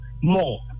more